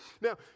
Now